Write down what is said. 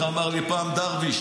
איך אמר לי פעם דרוויש,